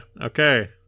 Okay